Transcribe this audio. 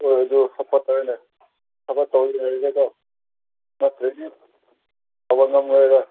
ꯍꯣꯏ ꯑꯗꯨ ꯍꯥꯞꯄ ꯇꯥꯔꯦꯅꯦ ꯊꯕꯛ ꯇꯧꯔꯤ ꯍꯥꯏꯔꯒ ꯀꯣ ꯅꯠꯇ꯭ꯔꯗꯤ ꯇꯧꯕ ꯉꯝꯃꯣꯏꯗ